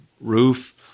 roof